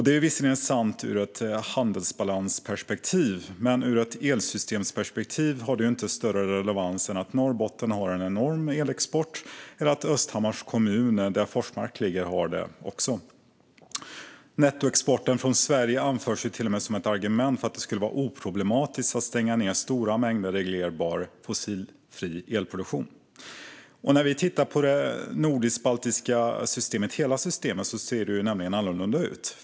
Det är visserligen sant ur ett handelsbalansperspektiv, men ur ett elsystemsperspektiv har det inte större relevans än att Norrbotten har en enorm elexport eller att Östhammars kommun, där Forsmark ligger, också har det. Nettoexporten från Sverige anförs till och med som ett argument för att det skulle vara oproblematiskt att stänga ned stora mängder reglerbar, fossilfri elproduktion. Om man ser till hela det nordisk-baltiska elsystemet är bilden annorlunda.